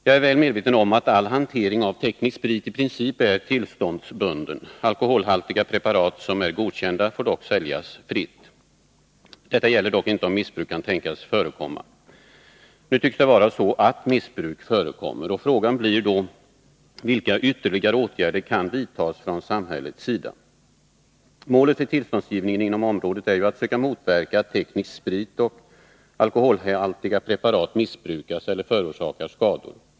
Jag är väl medveten om att all hantering av teknisk sprit i princip är tillståndsbunden. Alkoholhaltiga preparat som är godkända får säljas fritt. Detta gäller dock inte om missbruk kan tänkas förekomma. Nu tycks det vara så att missbruk förekommer. Och frågan blir då: Vilka ytterligare åtgärder kan vidtas från samhällets sida? Målet för tillståndsgivningen inom området är ju att söka motverka att teknisk sprit och alkoholhaltiga preparat missbrukas eller förorsakar skador.